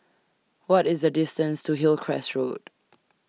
What IS The distance to Hillcrest Road